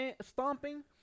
stomping